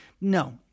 No